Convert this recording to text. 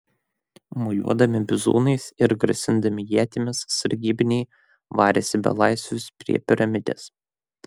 mojuodami bizūnais ir grasindami ietimis sargybiniai varėsi belaisvius prie piramidės